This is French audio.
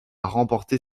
remporter